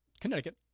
connecticut